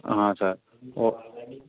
हाँ सर